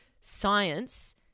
Science